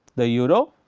the euro,